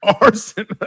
Arson